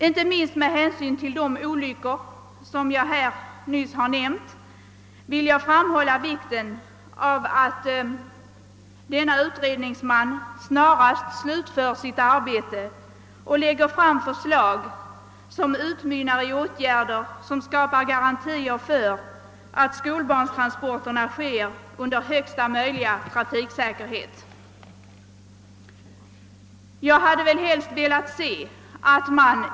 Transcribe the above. Inte minst med hänsyn till de olyckor som jag här nämnt vill jag framhålla vikten av att denne utredningsman snarast slutför sitt arbete och lägger fram förslag som utmynnar i åtgärder, ägnade att skapa garantier för att skolbarnstransporterna sker med största möjliga trafiksäkerhet.